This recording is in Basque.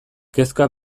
kezka